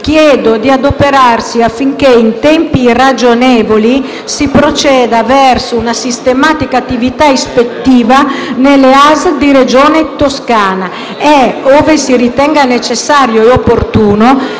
chiedo di adoperarsi affinché in tempi ragionevoli si proceda verso una sistematica attività ispettiva nelle ASL della Regione Toscana e, ove si ritenga necessario e opportuno,